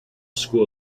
school